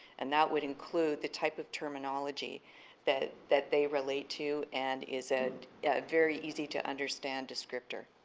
and that would include the type of terminology that that they relate to and is a very easy to understand descriptor.